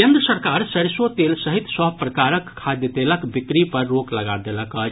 केंद्र सरकार सरिसों तेल सहित सभ प्रकारक खाद्य तेलक बिक्री पर रोक लगा देलक अछि